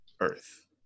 earth